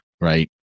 Right